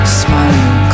smiling